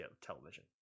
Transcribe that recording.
television